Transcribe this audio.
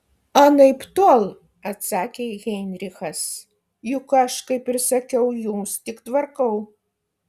anaiptol atsakė heinrichas juk aš kaip ir sakiau jums tik tvarkau